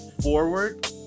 forward